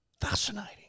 fascinating